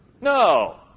No